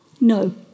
No